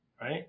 right